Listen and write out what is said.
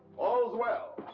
all's well!